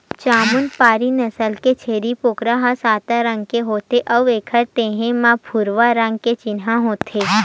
जमुनापारी नसल के छेरी बोकरा ह सादा रंग के होथे अउ एखर देहे म भूरवा रंग के चिन्हा होथे